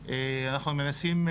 אנחנו מנסים,